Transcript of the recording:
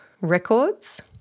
records